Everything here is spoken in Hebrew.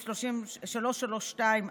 לכן לא השתמשתי בזה.